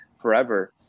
forever